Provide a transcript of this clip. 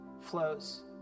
flows